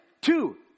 two